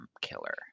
killer